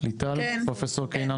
תודה רבה, משרד העלייה